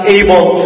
able